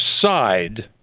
side